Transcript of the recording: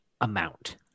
amount